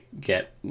get